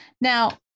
now